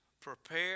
prepare